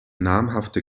namhafte